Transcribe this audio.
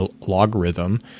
logarithm